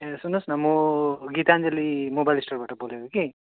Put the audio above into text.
ए सुन्नुहोस् न म गीताञ्जली मोबाइल स्टोरबाट बोलेको कि